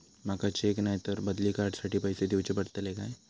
माका चेक नाय तर बदली कार्ड साठी पैसे दीवचे पडतले काय?